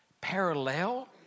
parallel